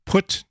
Put